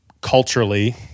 culturally